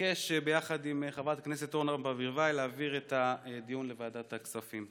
אבקש ביחד עם חברת הכנסת אורנה ברביבאי להעביר את הדיון לוועדת הכספים.